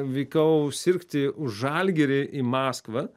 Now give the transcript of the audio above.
vykau sirgti už žalgirį į maskvą